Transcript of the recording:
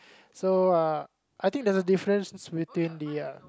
so uh I think there's a difference between the uh